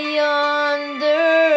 yonder